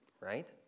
right